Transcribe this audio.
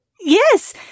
yes